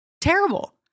terrible